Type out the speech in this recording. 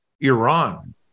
Iran